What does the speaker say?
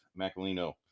Macalino